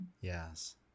Yes